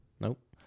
Nope